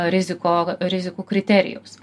riziko rizikų kriterijaus